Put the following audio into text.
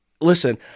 Listen